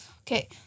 Okay